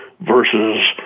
versus